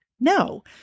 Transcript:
no